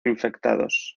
infectados